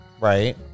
right